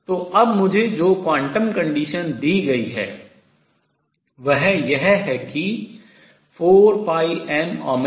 तो अब मुझे जो quantum condition क्वांटम शर्त दी गई है वह यह है कि 4πm0